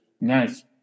Nice